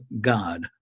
God